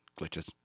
Glitches